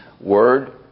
word